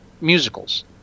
musicals